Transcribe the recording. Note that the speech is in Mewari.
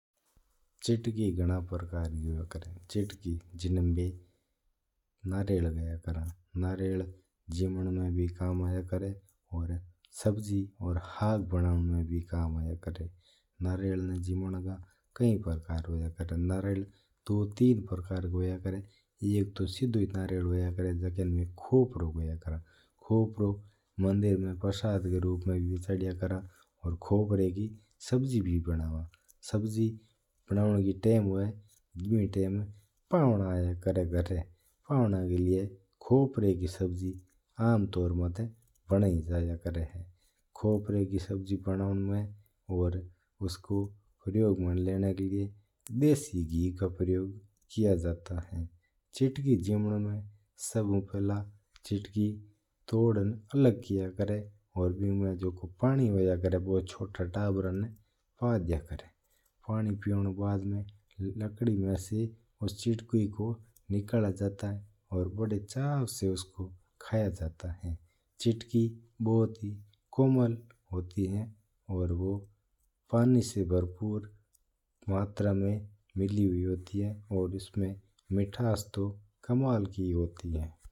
चुटकी गाणा ही प्रकार री होया करै है जिन्ना में नारियल भी खेवां हा । नारियल जीमन में भी कम आया करै है और सब्जी और हग बनावणा वास्ता भी कम्म आया करै है। नारियल ना जीमन का कही प्रकार होया करै है एक तू सीधी ही नारियल होया करै है जिन्ना में खोपरो खया करां हां। खोप्रा ना में मंदिर का मैणा प्रसाद का रूप में चढ़ाया करां हां और खोप्रा की सब्जी भी बनाया करां हां। सब्जी बनाने री टाइम हुआ जिन टाइम पावणा आया करै है घरां। पावणा री वास्ता आम तोर पर खोप्रा की सब्जी बनाया करां हां। खोप्रा री सब्जी बनवणा वास्ता और करबा वास्ता देसी घी रा उपयोग लिया करै है। चुटकी जीमन सबहू पहले चिटकी तोड़ण अलग करया करा हा।